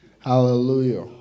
Hallelujah